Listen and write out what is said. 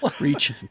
Reach